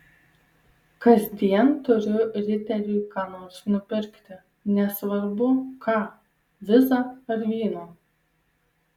kasdien turiu riteriui ką nors nupirkti nesvarbu ką vizą ar vyno